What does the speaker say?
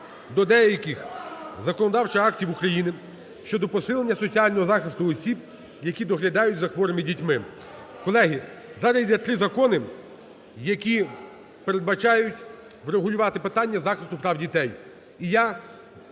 до деяких законодавчих актів України щодо посилення соціального захисту осіб, які доглядають за хворими дітьми. Колеги, зараз йде три закони, які передбачають врегулювати питання захисту прав дітей.